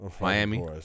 Miami